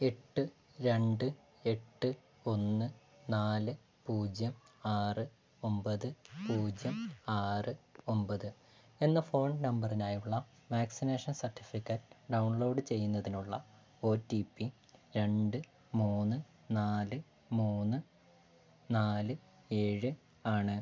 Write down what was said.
എട്ട് രണ്ട് എട്ട് ഒന്ന് നാല് പൂജ്യം ആറ് ഒമ്പത് പൂജ്യം ആറ് ഒമ്പത് എന്ന ഫോൺ നമ്പറിനായുള്ള വാക്സിനേഷൻ സർട്ടിഫിക്കറ്റ് ഡൗൺലോഡ് ചെയ്യുന്നതിനുള്ള ഒ റ്റി പി രണ്ട് മൂന്ന് നാല് മൂന്ന് നാല് ഏഴ് ആണ്